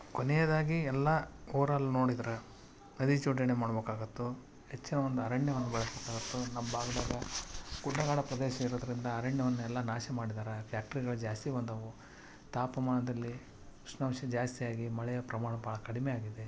ಕೊನೆಯದಾಗಿ ಎಲ್ಲ ಊರಲ್ಲು ನೋಡಿದ್ರೆ ನದಿ ಜೋಡಣೆ ಮಾಡ್ಬೇಕಾಗತ್ತೆ ಹೆಚ್ಚಿನ ಒಂದು ಅರಣ್ಯವನ್ನು ಬೆಳೆಸ್ಬೇಕಾಗತ್ತೆ ನಮ್ಮ ಭಾಗದಾಗೆ ಗುಡ್ಡ ಗಾಡು ಪ್ರದೇಶ ಇರೋದ್ರಿಂದ ಅರಣ್ಯವನ್ನೆಲ್ಲ ನಾಶ ಮಾಡಿದ್ದಾರ ಫ್ಯಾಕ್ಟ್ರಿಗಳು ಜಾಸ್ತಿ ಬಂದಾವು ತಾಪಮಾನದಲ್ಲಿ ಉಷ್ಣಾಂಶ ಜಾಸ್ತಿ ಆಗಿ ಮಳೆಯ ಪ್ರಮಾಣ ಭಾಳ ಕಡಿಮೆ ಆಗಿದೆ